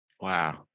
Wow